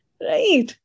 right